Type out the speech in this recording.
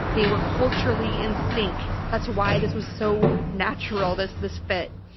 they were culturally in sync. that's why this was so natural, this this fit.